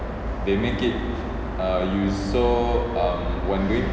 they make it err you so um one week